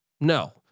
No